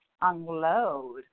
unload